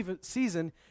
season